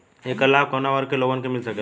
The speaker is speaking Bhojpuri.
ऐकर लाभ काउने वर्ग के लोगन के मिल सकेला?